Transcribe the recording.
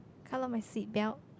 colour of my seat belt